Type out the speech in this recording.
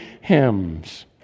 hymns